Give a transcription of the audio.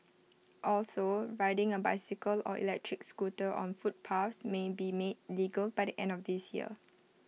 also riding A bicycle or electric scooter on footpaths may be made legal by the end of this year